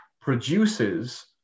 produces